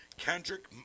Kendrick